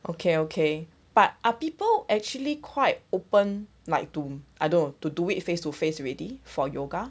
okay okay but are people actually quite open like to I don't know to do it face to face already for yoga